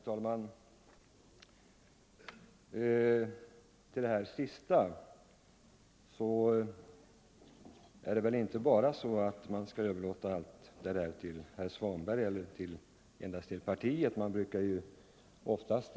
Nr 129 Herr talman! Till det som herr Svanberg här sist sade om partipro Onsdagen den grammet vill jag replikera att man väl inte bara skall överlåta den saken 27 november 1974 till herr Svanberg eller till hans parti.